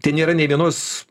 tai nėra nė vienos